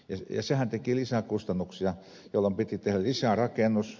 se uudistushan teki lisäkustannuksia jolloin piti tehdä lisärakennus